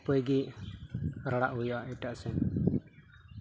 ᱩᱯᱟᱹᱭ ᱜᱮ ᱨᱟᱲᱟᱜ ᱦᱩᱭᱩᱜᱼᱟ ᱮᱴᱟᱜ ᱥᱮᱱ